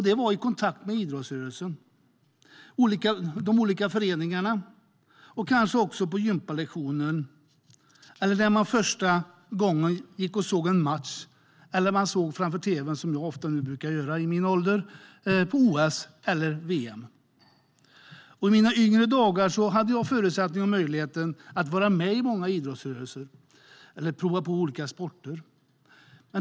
Det är i kontakten med idrottsrörelsen, olika föreningar eller kanske på gympalektionen eller när man för första gången går och ser en match eller ser OS eller VM på tv, som jag ofta brukar göra i den här åldern. I mina yngre dagar hade jag förutsättningarna och möjligheten att vara med i många idrottsrörelser och att prova på olika sporter.